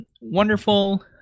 wonderful